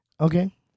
Okay